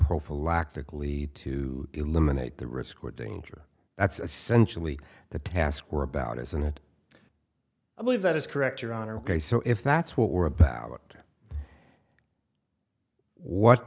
prophylactic lead to eliminate the risk or danger that's essentially the task were about isn't it i believe that is correct your honor ok so if that's what we're about what